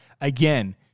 again